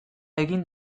egin